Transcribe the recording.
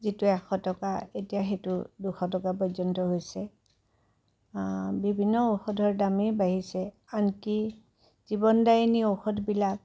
যিটো এশ টকা এতিয়া সেইটো দুশ টকা পৰ্য্য়ন্ত হৈছে বিভিন্ন ঔষধৰ দামেই বাঢ়িছে আনকি জীৱনদায়িনী ঔষধবিলাক